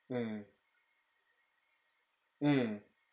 mm mm